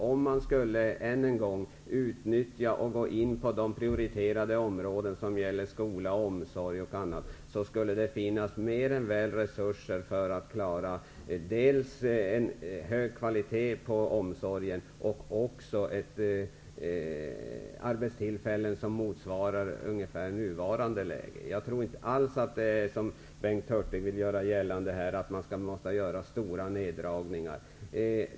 Om kommunerna endast ägnade sig åt prioriterade områden som skola, omsorg osv., skulle det finnas resurser för att mer än väl klara en hög kvalitet på omsorgen och arbetstillfällena. Jag tror inte alls att det är så som Bengt Hurtig vill göra gällande, dvs. att det måste göras stora neddragningar.